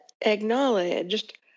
acknowledged